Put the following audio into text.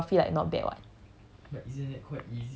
so it means like his videography like not bad [what]